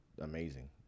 amazing